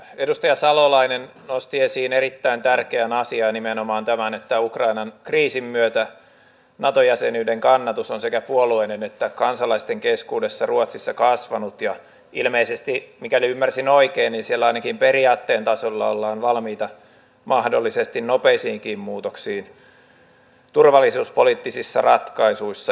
edustaja salolainen nosti esiin erittäin tärkeän asian nimenomaan tämän että ukrainan kriisin myötä nato jäsenyyden kannatus on sekä puolueiden että kansalaisten keskuudessa ruotsissa kasvanut ja ilmeisesti mikäli ymmärsin oikein siellä ainakin periaatteen tasolla ollaan valmiita mahdollisesti nopeisiinkin muutoksiin turvallisuuspoliittisissa ratkaisuissa